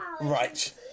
Right